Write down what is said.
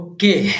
Okay